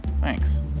thanks